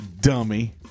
dummy